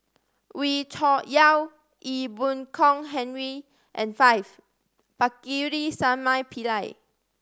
Wee Cho Yaw Ee Boon Kong Henry and five Pakirisamy Pillai